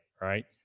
right